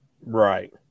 Right